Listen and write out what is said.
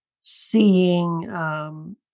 seeing